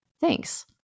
Thanks